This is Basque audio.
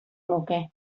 nuke